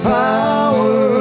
power